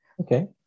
okay